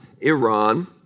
Iran